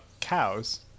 cows